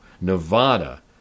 Nevada